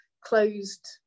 closed